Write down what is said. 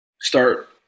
start